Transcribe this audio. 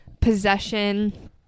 possession